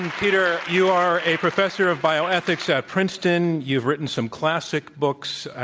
and peter, you are a professor of bioethics at princeton. you have written some classic books,